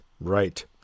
right